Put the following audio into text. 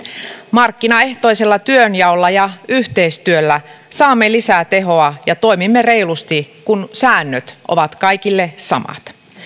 markkinaehtoisella työnjaolla ja yhteistyöllä saamme lisää tehoa ja toimimme reilusti kun säännöt ovat kaikille samat